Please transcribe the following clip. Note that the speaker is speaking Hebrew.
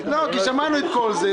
שמענו את כל זה.